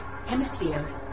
hemisphere